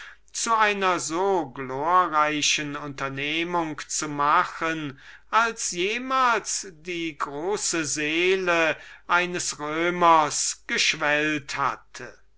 zu einer so glorreichen unternehmung zu machen als jemals die große seele eines römers geschwellt hatte